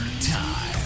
time